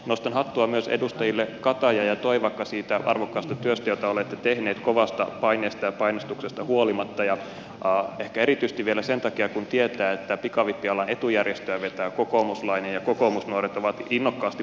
nostan hattua myös edustajille kataja ja toivakka siitä arvokkaasta työstä jota olette tehneet kovasta paineesta ja painostuksesta huolimatta ja ehkä erityisesti vielä sen takia kun tietää että pikavippialan etujärjestöä vetää kokoomuslainen ja kokoomusnuoret ovat innokkaasti puolustaneet pikavippejä